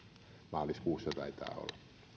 maaliskuussa taitaa olla